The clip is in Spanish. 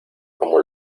como